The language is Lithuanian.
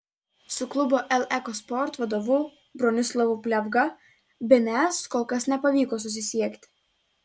su klubo el eko sport vadovu bronislovu pliavga bns kol kas nepavyko susisiekti